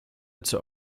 zur